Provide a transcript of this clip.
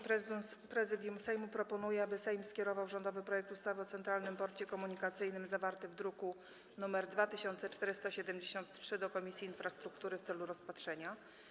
Marszałek Sejmu, po zasięgnięciu opinii Prezydium Sejmu, proponuje, aby Sejm skierował rządowy projekt ustawy o Centralnym Porcie Komunikacyjnym, zawarty w druku nr 2473, do Komisji Infrastruktury w celu rozpatrzenia.